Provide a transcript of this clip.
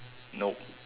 nope